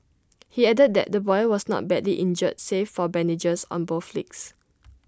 he added that the boy was not badly injured save for bandages on both legs